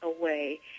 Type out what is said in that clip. away